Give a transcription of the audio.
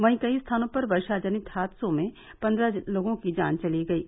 वहीं कई स्थानों पर वर्षा जनित हादसों में पन्द्रह लोगों की जान चली गयी